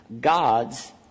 God's